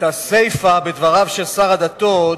הסיפא בדבריו של שר הדתות,